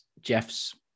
Jeff's